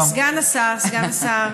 סגן השר, סגן השר.